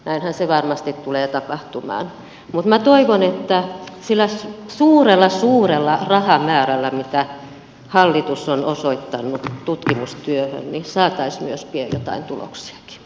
näinhän varmasti tulee tapahtumaan mutta minä toivon että sillä suurella suurella rahamäärällä mitä hallitus on osoittanut tutkimustyöhön saataisiin pian myös joitain tuloksia